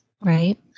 Right